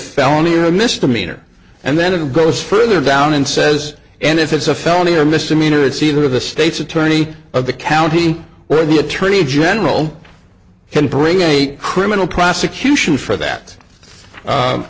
felony or misdemeanor and then it goes further down and says and if it's a felony or misdemeanor it's either the state's attorney of the county where the attorney general can bring a criminal prosecution for that